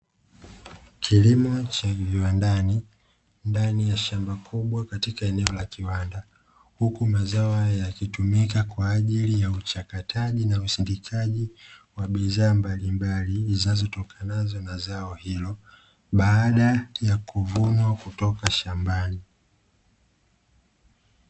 Kilimo cha viwandan ndani ya shamba kubwa katika eneo la kiwanda, huku mazao hayo yakitumika kwa ajili ya uchakataji na usindikaji wa bidhaa mbalimbali zinazotokana na zao hilo baada ya kuvunwa kutoka shambani.